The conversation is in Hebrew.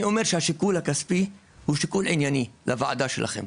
אני אומר שהשיקול הכספי הוא שיקול ענייני לוועדה שלכם,